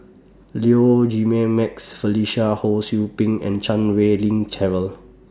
Low Felicia Ho SOU Ping and Chan Wei Ling Cheryl